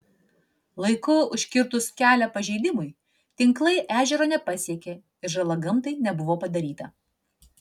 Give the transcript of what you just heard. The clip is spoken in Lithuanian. laiku užkirtus kelią pažeidimui tinklai ežero nepasiekė ir žala gamtai nebuvo padaryta